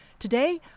Today